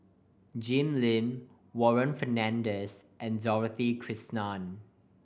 Jim Lim Warren Fernandez and Dorothy Krishnan